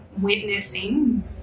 witnessing